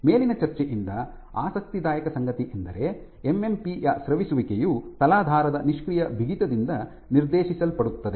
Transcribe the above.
ಮೇಲಿನ ಚರ್ಚೆಯಿಂದ ಆಸಕ್ತಿದಾಯಕ ಸಂಗತಿಯೆಂದರೆ ಎಮ್ಎಂಪಿ ಯ ಸ್ರವಿಸುವಿಕೆಯು ತಲಾಧಾರದ ನಿಷ್ಕ್ರಿಯ ಬಿಗಿತದಿಂದ ನಿರ್ದೇಶಿಸಲ್ಪಡುತ್ತದೆ